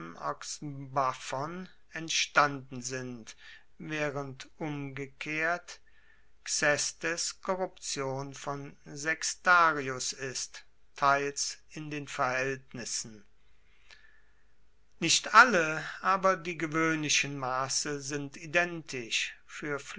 entstanden sind waehrend umgekehrt korruption von sextarius ist teils in den verhaeltnissen nicht alle aber die gewoehnlichen masse sind identisch fuer